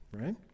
Right